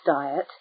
diet